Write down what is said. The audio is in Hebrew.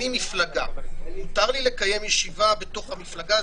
אני מפלגה, מותר לי לקיים ישיבה בתוך המפלגה?